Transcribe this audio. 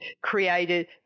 created